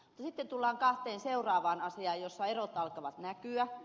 sitten tullaan kahteen seuraavaan asiaan joissa erot alkavat näkyä